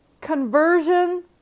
conversion